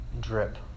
drip